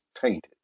tainted